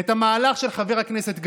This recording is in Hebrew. את המהלך של חבר הכנסת גנץ.